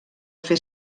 fer